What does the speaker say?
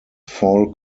fall